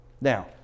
Now